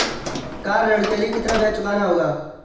Car ऋण के लिए कितना ब्याज चुकाना होगा?